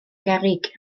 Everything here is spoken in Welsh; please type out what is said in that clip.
gerrig